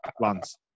plants